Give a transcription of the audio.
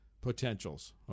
potentials